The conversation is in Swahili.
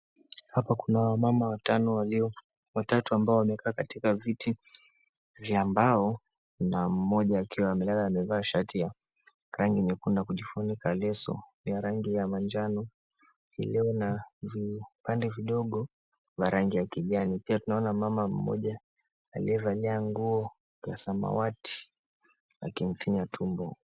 Hapa kuna mama watano walio watatu waliokaa kwa viti vya mbao na mmoja akiwa amelala amevaa shati ya rangi nyekundu na kujifunika leso ya rangi ya manjano iliyona vipande vidogo vya rangi ya kijani. Pia tunaona mama mmoja aliyevalia nguo ya samawati akimfinya tumbo.